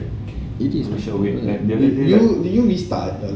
it is do you do you restart